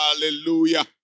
Hallelujah